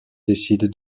décide